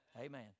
Amen